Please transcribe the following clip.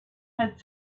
had